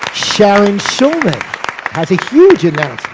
sharon schulman has a huge and